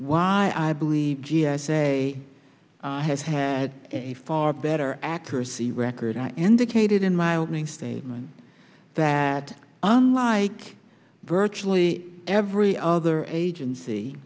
why i believe the g s a has had a far better accuracy record i indicated in my opening statement that unlike virtually every other agency